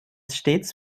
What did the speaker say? stets